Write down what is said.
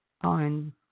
on